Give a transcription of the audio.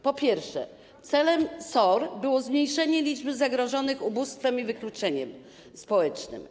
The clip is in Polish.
Po pierwsze, celem SOR było zmniejszenie liczby zagrożonych ubóstwem i wykluczeniem społecznym.